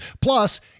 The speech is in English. plus